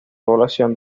población